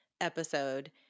episode